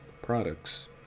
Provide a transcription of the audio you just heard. Products